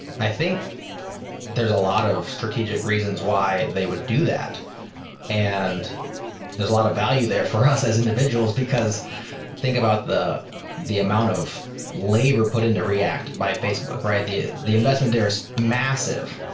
i think there's a lot of strategic reasons why they would do that and there's a lot of value there for us as individuals, because think about the the amount of labor put into react by facebook, right? the the investment there is massive.